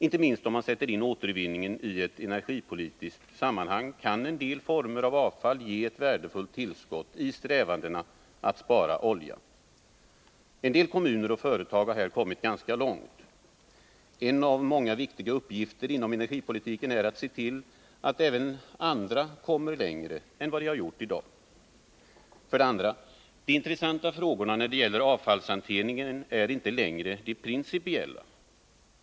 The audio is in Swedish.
Inte minst om man sätter in återvinningen i ett energipolitiskt sammanhang kan en del former av avfall ge ett värdefullt tillskott i strävandena att spara olja. En del kommuner och företag har här kommit ganska långt. En av många viktiga uppgifter inom energipolitiken är att se till att även andra kommer längre än de gjort i dag. För det andra är de intressanta frågorna när det gäller avfallshanteringen inte längre de principiella.